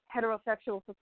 heterosexual